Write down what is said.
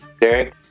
Derek